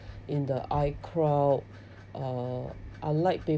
in the icloud uh unlike